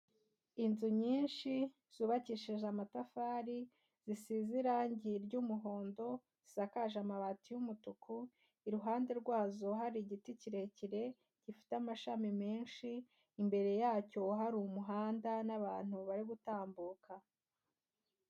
Inzu nyinshi zubakishije amatafari zisize irange ry'umuhondo, zisakaje amabati y'umutuku, iruhande rwazo hari igiti kirekire gifite amashami menshi, imbere yacyo hari umuhanda n'abantu bari gutambuka.